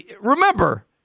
remember